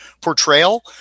portrayal